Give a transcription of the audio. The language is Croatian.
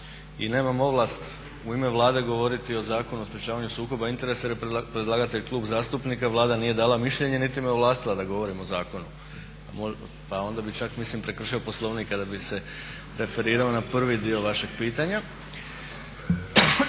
i nemam ovlast u ime Vlade govoriti o Zakonu o sprječavanju sukoba interesa, jer je predlagatelj klub zastupnika. Vlada nije dala mišljenje, niti me ovlastila da govorim o zakonu, pa onda bih čak mislim prekršio Poslovnik kada bih se referirao na prvi dio vašeg pitanja.